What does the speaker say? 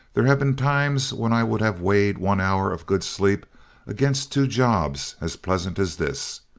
there have been times when i would have weighed one hour of good sleep against two jobs as pleasant as this.